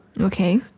Okay